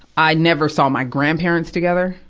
i never saw my grandparents together,